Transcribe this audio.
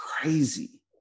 crazy